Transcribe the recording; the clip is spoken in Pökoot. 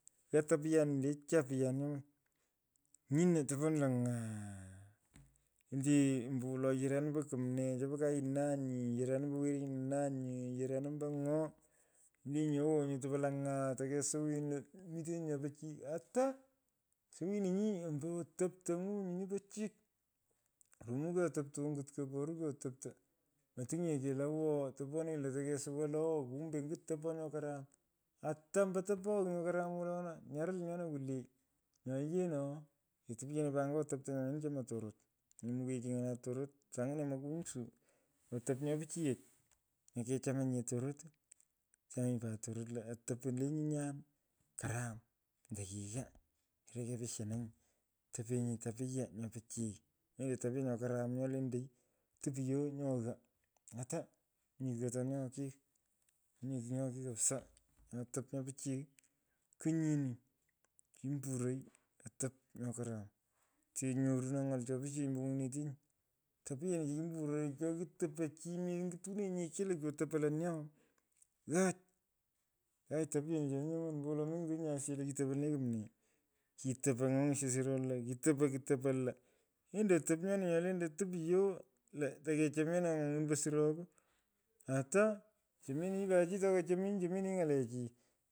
Ghaa tapyanu le chupuyan nyoman. topo lo ng’aa. endechi ambowolo yaranin ambo kumnee chopo kainanyi. yaranin ambo werinu nanyii. yaranin ombo ng’o. ilinye owo. itopo lo ny’aa tokesuwim lo mitenyi nyo pichiy. ata. suwinunyi ombo otaptany’u nyini po chik. Rumu ko otopto ongut. pakureni otopto. Metin nyekelo owo. toponenyi lo tekosuwaa lo oo kumbe nyut top nyo karam. Ata ombo topogh nyo karam. nyaril nyona kwulee. Yee noo. Ketopyeno pat nyo otoptonyo nyoni chomoi tororot. Mumekonye chi ny’ala tororot. Saanginemukunyisuu otop nyo pichiyech. mokechamanyinye tororot. moketyamunyinye tororot lo otopu lee nyinyan. karam ando kighaa irekibishananyi. Topenyi tupiya nyo pichiy. mendo tapya nyo nyo karam nyo lentai. rupye nyo ghaa. ata. mominye ighata nyo ko kei. momimyei kigh nyo keyigh kapsa. Nyo otop nyo pichy. kenyini. kimburoi cho otop. nyo karam. te nyotuno ny’al to pichiyech ombo ngwinyinetenyi. Tapyenicho kumburoi cho kitopo chi. mengutonyi chi lo kotupo lo nee oo. ghaach. ghaach tapyonichoni. nyemani ombowolo mengitonyinye asiyech lo kitopo lonee kumnee. Kitopo ng’ony’isho suro lo. kitopo. kitopo lo. endo otop suro ko. ata. chomeninyi pat chi atokochemenyi chemeninyi ng’alachi.